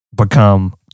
Become